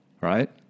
right